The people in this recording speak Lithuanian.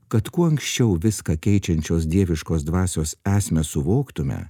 kad kuo anksčiau viską keičiančios dieviškos dvasios esmę suvoktume